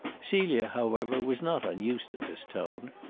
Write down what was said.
celia, however, was not unused to this tone.